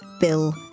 Bill